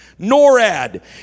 NORAD